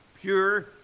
pure